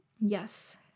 Yes